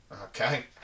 Okay